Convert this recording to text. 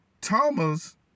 Thomas